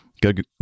Good